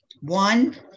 one